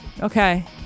Okay